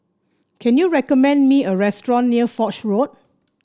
can you recommend me a restaurant near Foch Road